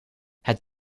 het